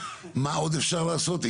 מה עוד אפשר לעשות,